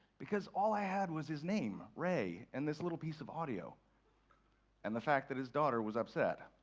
because all i had was his name ray and this little piece of audio and the fact that his daughter was upset.